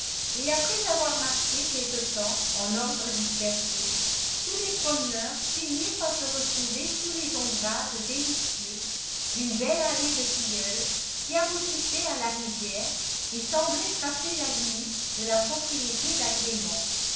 et après avoir marché quelque temps en ordre dispersé tous les promeneurs finirent par se retrouver sous les ombrages délicieux d'une belle allée de tilleuls qui aboutissait à la rivière et semblait tracer la limite de la propriété d'agrément